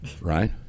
right